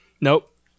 Nope